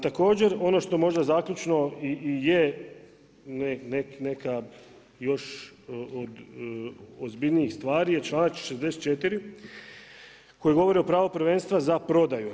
Također ono što možda zaključno i je neka još od ozbiljnijih stvari je članak 64. koji govori o pravu prvenstva za prodaju.